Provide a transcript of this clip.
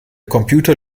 computer